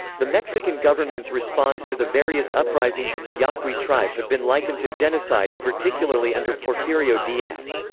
the mexican government's response to the various uprisings of the yaqui tribe have been likened to genocide particularly under porfirio diaz.